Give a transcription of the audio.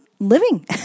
living